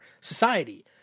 society